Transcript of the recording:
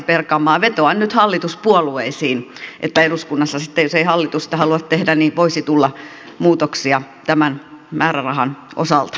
vetoan nyt hallituspuolueisiin että eduskunnassa sitten jos ei hallitus sitä halua tehdä voisi tulla muutoksia tämän määrärahan osalta